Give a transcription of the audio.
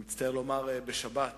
אני מצטער לומר, בשבת